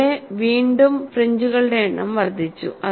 ഇവിടെ വീണ്ടും ഫ്രിഞ്ചുകളുടെ എണ്ണം വർദ്ധിച്ചു